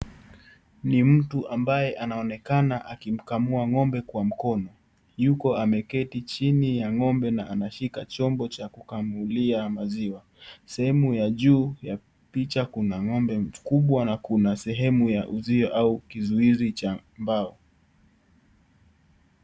Ni mtu ambaye anaonekana akimkamua ng'ombe kwa mkono. Yuko ameketi chini ya ng'ombe na ameshika chombo cha kukamulia maziwa. Sehemu ya juu ya picha kuna ng'ombe kubwa na kuna sehemu ya uzio au kizuizi cha mbao.